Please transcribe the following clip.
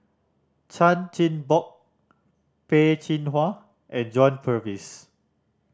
Chan Chin Bock Peh Chin Hua and John Purvis